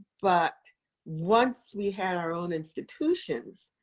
but once we had our own institutions,